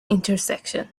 intersection